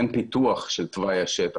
אין פיתוח של תוואי השטח,